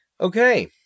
Okay